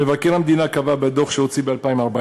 מבקר המדינה קבע בדוח שהוציא ב-2014